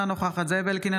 אינה נוכחת זאב אלקין,